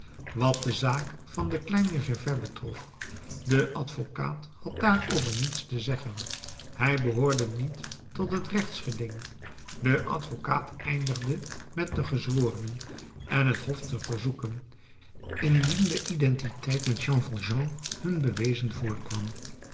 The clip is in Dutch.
wat de zaak van den kleinen gervais betrof de advocaat had daarover niets te zeggen zij behoorde niet tot het rechtsgeding de advocaat eindigde met de gezworenen en het hof te verzoeken indien de identiteit met jean valjean hun bewezen voorkwam